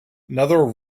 another